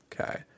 Okay